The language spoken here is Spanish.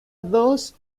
dos